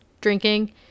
drinking